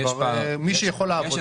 מי שיכול לעבוד כבר עובד.